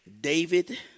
David